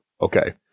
okay